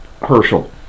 Herschel